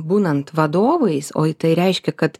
būnant vadovais o tai reiškia kad